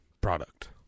product